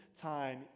time